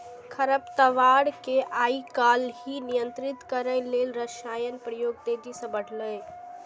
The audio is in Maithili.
खरपतवार कें आइकाल्हि नियंत्रित करै लेल रसायनक प्रयोग तेजी सं बढ़लैए